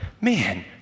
man